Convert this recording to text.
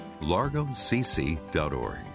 largocc.org